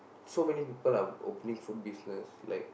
so many people are opening food business like